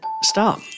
stop